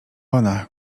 ona